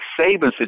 Saban's